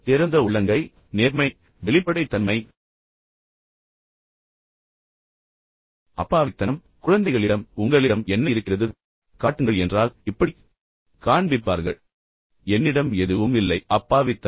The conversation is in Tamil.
திறந்த உள்ளங்கை நேர்மை வெளிப்படைத்தன்மை அப்பாவித்தனம் கூட எனவே உங்களைப் போன்ற குழந்தைகள் உங்களிடம் என்ன இருக்கிறது என்பதை எனக்குக் காட்டுங்கள் என்று கூறினால் அவர்கள் இப்படிக் காண்பிப்பார்கள் எனவே இல்லை என்னிடம் எதுவும் இல்லை என்பதைக் குறிக்கிறது அப்பாவித்தனம்